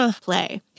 Play